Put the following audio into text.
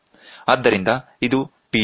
ಆದ್ದರಿಂದ ಇದು P2 ಮತ್ತಿದು ಅಧಿಕ ಒತ್ತಡ P1 ಸರಿನಾ